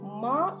ma